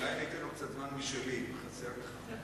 אולי אני אתן לו קצת זמן משלי, אם חסר לך.